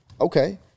Okay